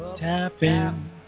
tapping